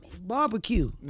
Barbecue